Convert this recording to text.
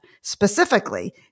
specifically